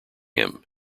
him